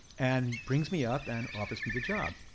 and brings me up and offers me the job,